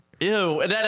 Ew